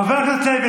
חבר הכנסת לוי,